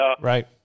right